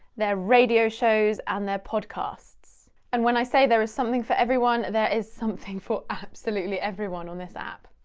their radio shows, and their podcasts. and when i say there is something for everyone, there is something for absolutely everyone on this app.